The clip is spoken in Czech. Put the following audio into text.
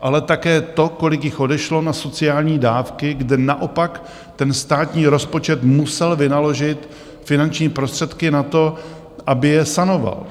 ale také to, kolik jich odešlo na sociální dávky, kde naopak ten státní rozpočet musel vynaložit finanční prostředky na to, aby je sanoval.